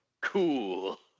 cool